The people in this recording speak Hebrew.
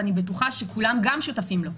ואני בטוחה שכולם גם שותפים לו,